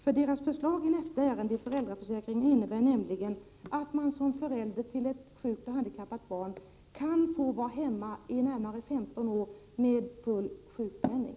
Folkpartiets förslag i nästa ärende, som gäller föräldraförsäkringen, innebär nämligen att man som förälder till ett sjukt och handikappat barn kan få vara hemma i närmare 15 år med full sjukpenning.